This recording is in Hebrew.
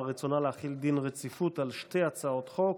רצונה להחיל דין רציפות על שתי הצעות חוק.